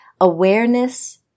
awareness